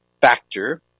factor